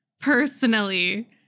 personally